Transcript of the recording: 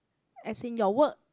as in your work